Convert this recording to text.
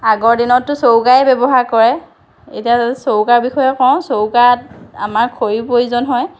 আগৰ দিনততো চৌকাই ব্যৱহাৰ কৰে এতিয়া চৌকাৰ বিষয়ে কওঁ চৌকাত আমাৰ খৰিৰ প্ৰয়োজন হয়